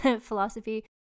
philosophy